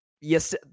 yes